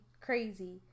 crazy